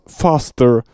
faster